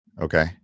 Okay